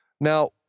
Now